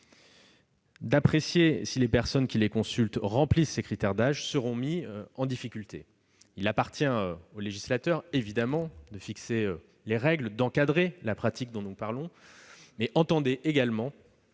d'apprécier si les personnes qui les consultent « remplissent des critères d'âge », seront mis en difficulté. Il appartient certes au législateur de fixer les règles et d'encadrer la pratique dont nous débattons, mais il convient également